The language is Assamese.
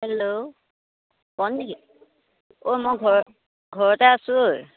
হেল্ল' বন নেকি অ' মই ঘৰ ঘৰতে আছোঁ অই